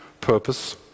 purpose